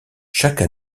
chaque